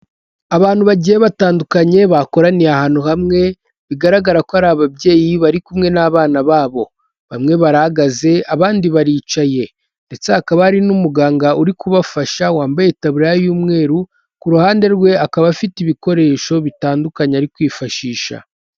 Abantu bagiye batandukanye bakoraniye ahantu hamwe, bigaragara ko ari ababyeyi bari kumwe n'abana babo, bamwe barahagaze abandi baricaye, ndetse hakaba hari n'umuganga uri kubafasha wambaye itaburaya y'umweru, ku ruhande rwe akaba afite ibikoresho bitandukanye ari kwifashisha.